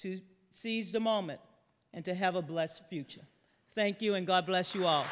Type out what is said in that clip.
to seize the moment and to have a blessed future thank you and god bless you a